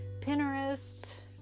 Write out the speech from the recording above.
pinterest